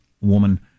woman